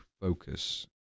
focus